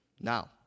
Now